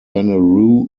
wanneroo